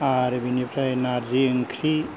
आरो बिनिफ्राय नारजि ओंख्रि